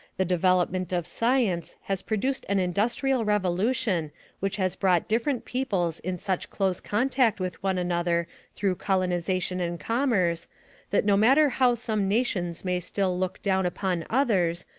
the development of science has produced an industrial revolution which has brought different peoples in such close contact with one another through colonization and commerce that no matter how some nations may still look down upon others,